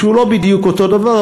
שהוא לא בדיוק אותו דבר,